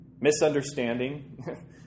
misunderstanding